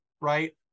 right